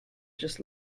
just